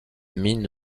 mine